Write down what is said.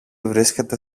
βρίσκεται